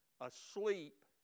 asleep